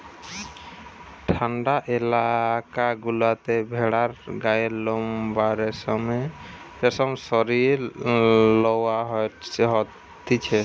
ঠান্ডা এলাকা গুলাতে ভেড়ার গায়ের লোম বা রেশম সরিয়ে লওয়া হতিছে